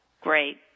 Great